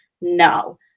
no